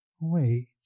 Wait